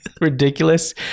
ridiculous